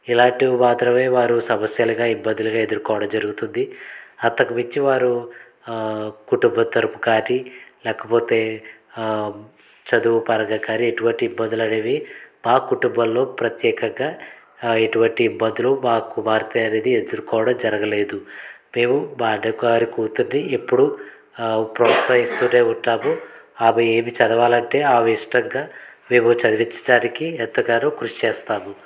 ఇలాంటివి మాత్రమే వారు సమస్యలుగా ఇబ్బందులు ఎదుర్కోవడం జరుగుతుంది అంతకుమించి వారు కుటుంబం తరపు కానీ లేకపోతే చదువు పరంగా కానీ ఎటువంటి ఇబ్బందులు అనేవి మా కుటుంబంలో ప్రత్యేకంగా ఎటువంటి ఇబ్బందులు మా కుమార్తె అనేది ఎదుర్కోవడం జరగలేదు మేము మా అన్నగారి కూతురిని ఎప్పుడు ప్రోత్సహిస్తూనే ఉంటాము ఆమె ఏమి చదవాలంటే ఆమె ఇష్టంగా మేము చదివించడానికి ఎంతగానో కృషి చేస్తాము